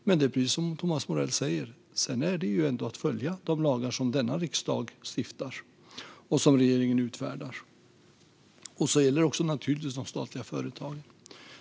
Men det är precis som Thomas Morell säger: Man har att följa de lagar som denna riksdag stiftar och som regeringen utfärdar. Det gäller naturligtvis även de statliga företagen.